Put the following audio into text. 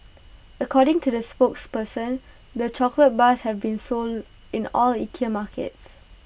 according to the spokesperson the chocolate bars have been sold in all Ikea markets